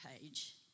page